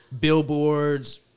Billboards